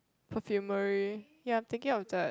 perfumery ya I'm thinking of that